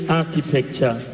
architecture